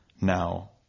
Now